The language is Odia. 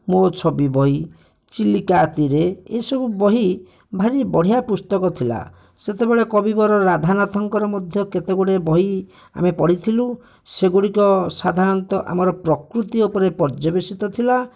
ମୋ ଛବି ବହି ଚିଲିକାତିରେ ଏସବୁ ବହି ଭାରି ବଢ଼ିଆ ପୁସ୍ତକ ଥିଲା ସେତେବେଳେ କବିବର ରାଧାନାଥଙ୍କର ବହି ମଧ୍ୟ କେତେଗୁଡ଼ିଏ ବହି ଆମେ ପଢ଼ିଥିଲୁ ସେଗୁଡ଼ିକ ସାଧାରଣତଃ ପ୍ରକୃତି ଉପରେ ପର୍ଯ୍ୟବସିତ ଥିଲା